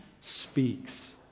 speaks